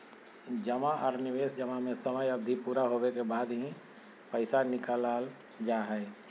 जमा आर निवेश जमा में समय अवधि पूरा होबे के बाद ही पैसा निकालल जा हय